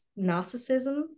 narcissism